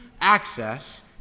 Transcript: access